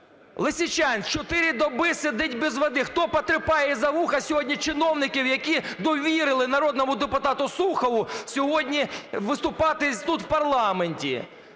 Лисичанськ 4 доби сидить без води. Хто потріпає за вуха сьогодні чиновників, які довірили народному депутату Сухову сьогодні виступати тут в парламенті?